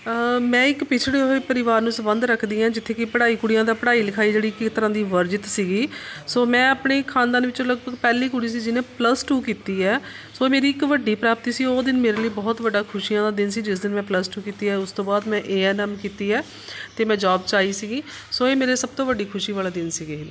ਮੈਂ ਇੱਕ ਪਿਛੜੇ ਹੋਏ ਪਰਿਵਾਰ ਨੂੰ ਸੰਬੰਧ ਰੱਖਦੀ ਹਾਂ ਜਿੱਥੇ ਕਿ ਪੜ੍ਹਾਈ ਕੁੜੀਆਂ ਦਾ ਪੜ੍ਹਾਈ ਲਿਖਾਈ ਜਿਹੜੀ ਕਈ ਤਰ੍ਹਾਂ ਦੀ ਵਰਜਿਤ ਸੀਗੀ ਸੋ ਮੈਂ ਆਪਣੀ ਖਾਨਦਾਨ ਵਿੱਚੋਂ ਲਗਭਗ ਪਹਿਲੀ ਕੁੜੀ ਸੀ ਜਿਹਨੇ ਪਲੱਸ ਟੂ ਕੀਤੀ ਹੈ ਸੋ ਇਹ ਮੇਰੀ ਇੱਕ ਵੱਡੀ ਪ੍ਰਾਪਤੀ ਸੀ ਉਹ ਦਿਨ ਮੇਰੇ ਲਈ ਬਹੁਤ ਵੱਡਾ ਖੁਸ਼ੀਆਂ ਦਾ ਦਿਨ ਸੀ ਜਿਸ ਦਿਨ ਮੈਂ ਪਲੱਸ ਟੂ ਕੀਤੀ ਹੈ ਉਸ ਤੋਂ ਬਾਅਦ ਮੈਂ ਏ ਐੱਨ ਐੱਮ ਕੀਤੀ ਹੈ ਅਤੇ ਮੈਂ ਜੋਬ 'ਚ ਆਈ ਸੀਗੀ ਸੋ ਇਹ ਮੇਰੇ ਸਭ ਤੋਂ ਵੱਡੀ ਖੁਸ਼ੀ ਵਾਲਾ ਦਿਨ ਸੀਗੇ